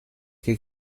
che